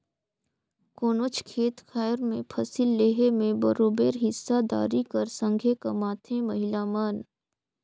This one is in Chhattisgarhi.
कोनोच खेत खाएर में फसिल लेहे में बरोबेर हिस्सादारी कर संघे कमाथें महिला मन